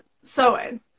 sewing